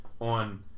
On